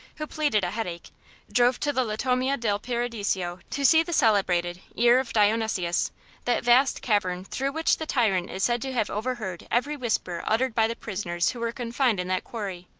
who pleaded a headache drove to the latomia del paradiso to see the celebrated ear of dionysius that vast cavern through which the tyrant is said to have overheard every whisper uttered by the prisoners who were confined in that quarry.